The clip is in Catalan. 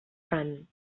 fan